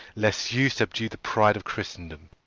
lest you subdue the pride of christendom!